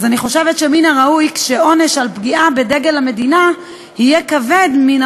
אז אני חושבת שמן הראוי שעונש על פגיעה בדגל המדינה יהיה כבד מן